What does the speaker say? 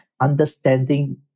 understanding